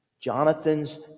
Jonathan's